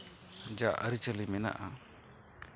ᱡᱟ ᱟᱹᱨᱤᱪᱟᱹᱞᱤ ᱢᱮᱱᱟᱜᱼᱟ